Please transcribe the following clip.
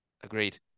Agreed